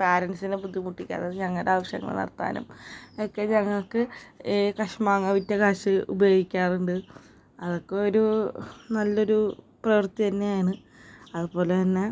പാരൻസിനെ ബുദ്ധിമുട്ടിക്കാതെ ഞങ്ങളുടെ ആവശ്യങ്ങൾ നടത്താനും ഒക്കെ ഞങ്ങൾക്ക് കശുമാങ്ങ വിറ്റ കാശ് ഉപയോഗിക്കാറുണ്ട് അതൊക്കെ ഒരു നല്ല ഒരു പ്രവർത്തി തന്നെയാണ് അതുപോലെ തന്നെ